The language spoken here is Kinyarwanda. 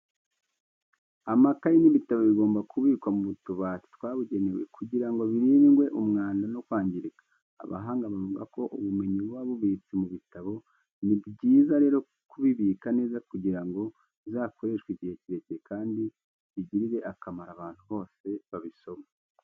Amakayi n'ibitabo bigomba kubikwa mu tubati twabugenewe kugira ngo birindwe umwanda no kwangirika. Abahanga bavuga ko ubumenyi buba bubitse mu bitabo, ni byiza rero kubibika neza kugira ngo bizakoreshwe igihe kirekire kandi bigirire akamaro abantu bose babisoma.